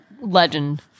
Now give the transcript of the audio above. legend